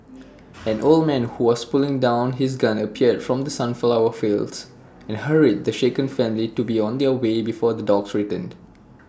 an old man who was putting down his gun appeared from the sunflower fields and hurried the shaken family to be on their way before the dogs return